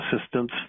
Assistance